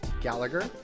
Gallagher